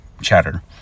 chatter